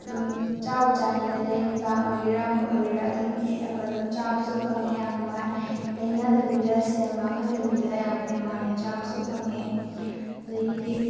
ꯑꯗꯨꯝ ꯆꯥꯕꯨ ꯆꯥꯅꯤꯡꯒꯗꯤ ꯑꯩ ꯅꯨꯡꯗꯥꯡ ꯑꯣꯏꯒꯦꯔꯥ ꯑꯃ ꯑꯣꯏꯒꯦꯔꯥ ꯑꯗꯨꯝ ꯍꯦꯛꯑꯒ ꯑꯗꯨꯝ ꯆꯥꯕꯁꯨ ꯐꯪꯏ ꯌꯥꯝ ꯅꯨꯡꯉꯥꯏ ꯂꯩꯅꯗꯕꯤꯗ ꯁꯦꯜ ꯃꯥꯡꯍꯟꯗꯕꯤꯗ ꯌꯥꯝꯅ ꯅꯨꯡꯉꯥꯏꯅ ꯆꯥꯕꯁꯨ ꯐꯪꯏ ꯑꯗꯨꯗꯒꯤꯗꯤ